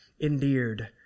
endeared